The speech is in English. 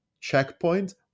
checkpoint